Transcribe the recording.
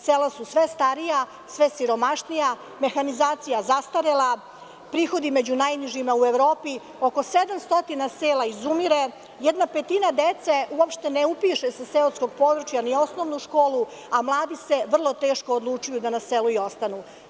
Sela su sve starija, sve siromašnija, mehanizacija zastarela, prihodi među najnižima u Evropi, oko 700 sela izumire, jedna petina dece sa seoskog područja uopšte ne upiše ni osnovnu školu, a mladi se teško odlučuju da na selu i ostanu.